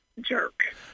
Jerk